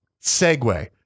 segue